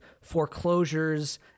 foreclosures